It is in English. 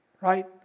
right